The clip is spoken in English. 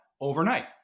overnight